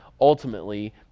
ultimately